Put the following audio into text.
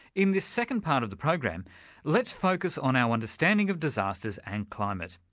in this second part of the program let's focus on our understanding of disasters and climate.